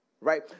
Right